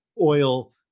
oil